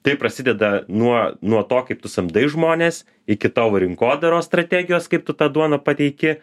tai prasideda nuo nuo to kaip tu samdai žmones iki tavo rinkodaros strategijos kaip tu tą duoną pateiki